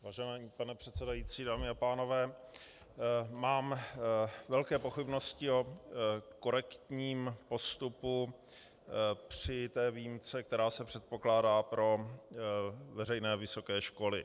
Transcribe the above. Vážený pane předsedající, dámy a pánové, mám velké pochybnosti o korektním postupu při té výjimce, která se předpokládá pro veřejné vysoké školy.